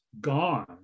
gone